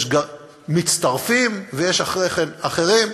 יש מצטרפים, ויש אחרי כן אחרים,